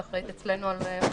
שאחראית אצלנו על עונשין?